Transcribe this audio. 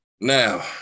Now